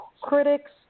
critics